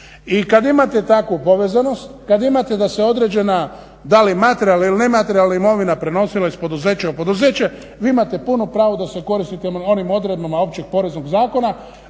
I kad imate takvu povezanost, kad imate da se određena da li materijalna ili nematerijalna imovina prenosila iz poduzeća u poduzeće vi imate puno pravo da se koristite onim odredbama Općeg poreznog zakona,